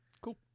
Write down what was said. Cool